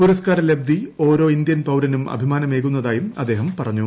പുരസ്കാര ലബ്ധി ഓരോ ഇന്ത്യൻ പൌരസ്സ്ക് അഭിമാനമേകുന്നതായും അദ്ദേഹം പറഞ്ഞു